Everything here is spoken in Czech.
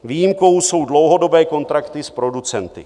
Výjimkou jsou dlouhodobé kontrakty s producenty.